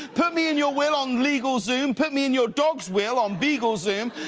put me in your will on legal zoom. put me in your dog's will on beagle zoom.